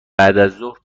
بعدازظهر